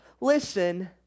listen